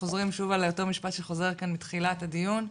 חוזרים שוב על אותו המשפט שחוזר כאן מתחילת הדיון,